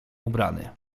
ubrany